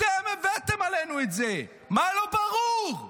אתם הבאתם עלינו את זה, מה לא ברור?